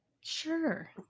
Sure